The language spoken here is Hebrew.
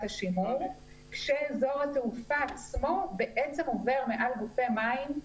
השימור כאשר אזור התעופה עצמו בעצם עובר מעל גופי מים,